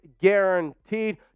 guaranteed